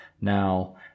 now